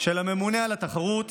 של הממונה על התחרות